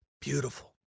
beautiful